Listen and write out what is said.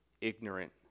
ignorant